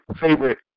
favorite